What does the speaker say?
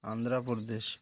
Andhra Pradesh